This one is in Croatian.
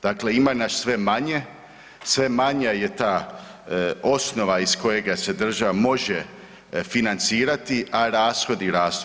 Dakle, ima nas sve manje, sve manja je ta osnova iz kojega se država može financirati, a rashodi rastu.